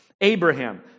Abraham